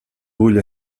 vull